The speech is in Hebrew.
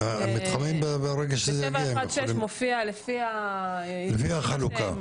המתחמים ברגע שזה יגיע --- של 716 מופיע לפי --- לפי החלוקה.